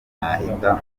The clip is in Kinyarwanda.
nahita